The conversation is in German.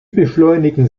beschleunigen